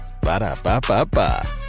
Ba-da-ba-ba-ba